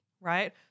right